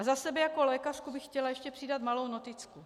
Za sebe jaké lékařku bych chtěla ještě přidat malou noticku.